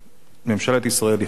ממשלת ישראל, היא חד-משמעית.